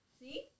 See